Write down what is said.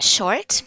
Short